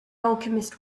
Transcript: alchemist